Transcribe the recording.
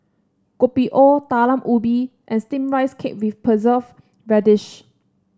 Kopi O Talam Ubi and steamed Rice Cake with preserve radish